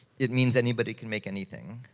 it means anybody can make anything.